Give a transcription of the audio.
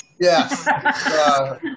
Yes